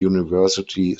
university